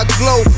glow